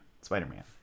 Spider-Man